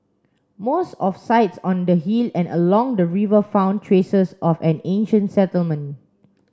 most of sites on the hill and along the river found traces of an ancient settlement